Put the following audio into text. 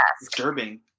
disturbing